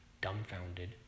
dumbfounded